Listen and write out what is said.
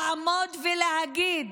לעמוד ולהגיד: